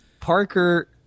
Parker